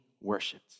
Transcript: worshipped